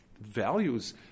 values